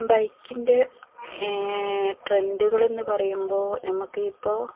ബൈക്കിൻ്റെ ട്രെൻഡുകളെന്ന് പറയുമ്പോള് നമുക്കിപ്പോള്